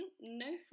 no